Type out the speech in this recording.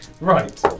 Right